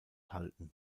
halten